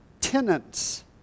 tenants